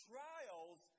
Trials